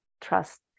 trust